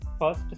first